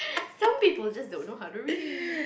some people just don't know how to read